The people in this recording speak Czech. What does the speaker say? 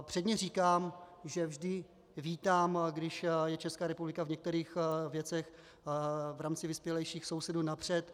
Předně říkám, že vždy vítám, když je Česká republika v některých věcech v rámci vyspělejších sousedů napřed.